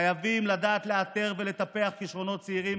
חייבים לדעת לאתר ולטפח כישרונות צעירים,